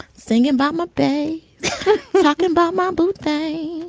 singing about my pay talking about my birthday